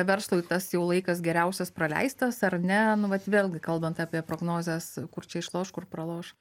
verslui tas jau laikas geriausias praleistas ar ne nu vat vėlgi kalbant apie prognozes kur čia išloš kur praloš